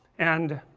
and,